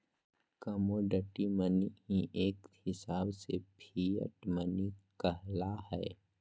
commodity money ही एक हिसाब से फिएट मनी कहला हय